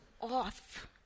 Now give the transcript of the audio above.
off